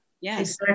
Yes